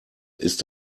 ist